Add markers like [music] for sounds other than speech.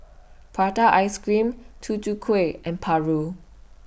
[noise] Prata Ice Cream Tutu Kueh and Paru